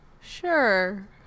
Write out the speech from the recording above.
Sure